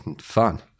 fun